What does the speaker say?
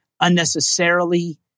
unnecessarily